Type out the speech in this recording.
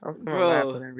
Bro